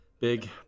big